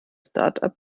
startup